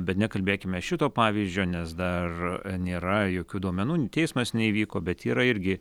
bet nekalbėkime šito pavyzdžio nes dar nėra jokių duomenų teismas neįvyko bet yra irgi